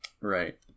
Right